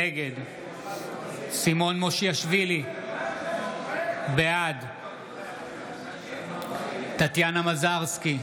נגד סימון מושיאשוילי, בעד טטיאנה מזרסקי,